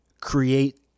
create